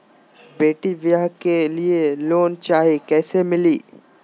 बेटी ब्याह के लिए लोन चाही, कैसे मिली?